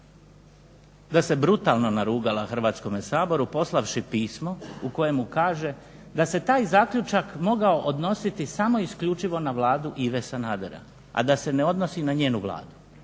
da se brutalno narugala Hrvatskom saboru poslavši pismo u kojemu kaže da se taj zaključak mogao odnositi samo i isključivo na Vladu Ive Sanadera, a da se ne odnosi na njenu Vladu.